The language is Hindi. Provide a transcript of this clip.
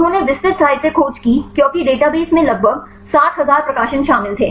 उन्होंने विस्तृत साहित्य खोज की क्योंकि डेटाबेस में लगभग 60000 प्रकाशन शामिल थे